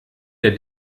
der